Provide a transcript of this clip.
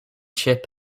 chip